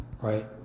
Right